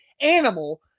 animal